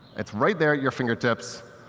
it's right there at your fingertips.